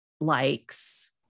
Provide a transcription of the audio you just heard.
likes